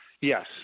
Yes